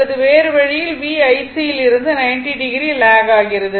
அல்லது வேறு வழியில் V IC லிருந்து 90o லாக் ஆகிறது